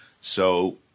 So-